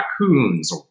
raccoons